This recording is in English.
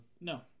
No